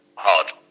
Hard